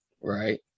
Right